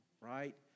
right